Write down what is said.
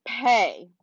pay